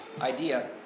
idea